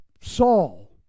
Saul